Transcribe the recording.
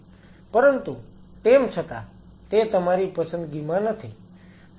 પરંતુ તેમ છતાં તે તમારી પસંદગીમાં નથી